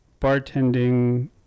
bartending